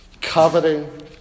coveting